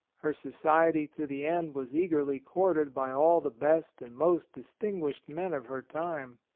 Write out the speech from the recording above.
her society to the end was eagerly courted by all the best and most dis tinguished men of her time.